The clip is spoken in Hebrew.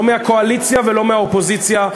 לא מהקואליציה ולא מהאופוזיציה,